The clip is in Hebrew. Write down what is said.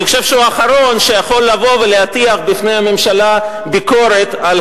אני חושב שהוא האחרון שיכול לבוא ולהטיח בפני הממשלה ביקורת על